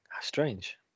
strange